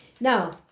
Now